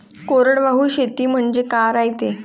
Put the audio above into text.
कोरडवाहू शेती म्हनजे का रायते?